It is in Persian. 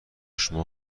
شما